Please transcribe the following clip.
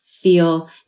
feel